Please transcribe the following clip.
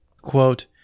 quote